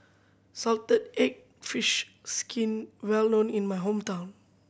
salted egg fish skin well known in my hometown